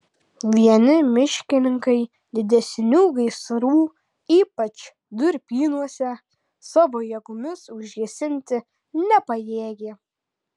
vieni miškininkai didesnių gaisrų ypač durpynuose savo jėgomis užgesinti nepajėgė